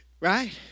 right